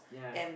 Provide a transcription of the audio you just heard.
yeah